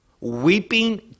weeping